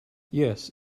yes